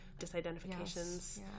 Disidentifications